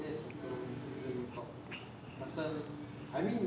best sia romanticism nya talk pasal I mean